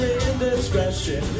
indiscretion